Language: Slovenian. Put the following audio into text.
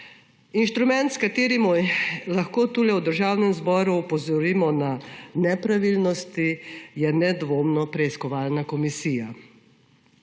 Instrument, s katerim lahko v Državnem zboru opozorimo na nepravilnosti, je nedvomno preiskovalna komisija.